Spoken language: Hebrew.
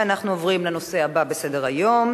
[מס' כ/256, "דברי הכנסת",